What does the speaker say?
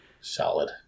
Solid